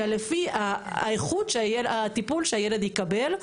אלא לפי האיכות שהטיפול שהילד יקבל,